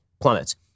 plummets